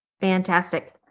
Fantastic